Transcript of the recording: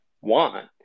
want